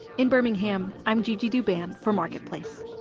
in birmingham, i'm gigi douban for marketplace